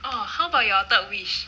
oh how about your third wish